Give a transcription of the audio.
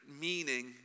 meaning